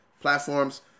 platforms